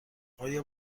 آیا